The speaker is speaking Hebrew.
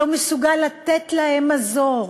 לא מסוגל לתת להן מזור,